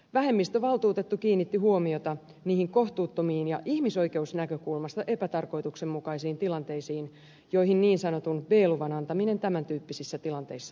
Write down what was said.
vähemmistövaltuutettu kiinnitti huomiota niihin kohtuuttomiin ja ihmisoikeusnäkökulmasta epätarkoituksenmukaisiin tilanteisiin joihin niin sanotun b luvan antaminen tämän tyyppisissä tilanteissa johti